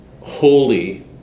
holy